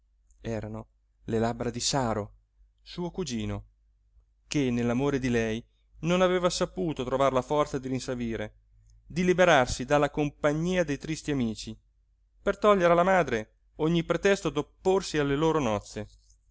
erano le labbra di saro suo cugino che nell'amore di lei non aveva saputo trovar la forza di rinsavire di liberarsi dalla compagnia dei tristi amici per togliere alla madre ogni pretesto d'opporsi alle loro nozze